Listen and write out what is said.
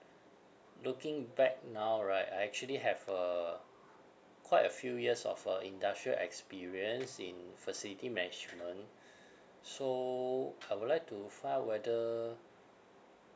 looking back now right I actually have a quite a few years of uh industrial experience in facility management so I would like to find out weather